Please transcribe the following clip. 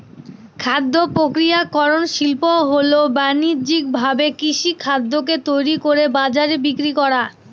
খাদ্য প্রক্রিয়াকরন শিল্প হল বানিজ্যিকভাবে কৃষিখাদ্যকে তৈরি করে বাজারে বিক্রি করা